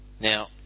Now